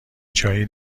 چایی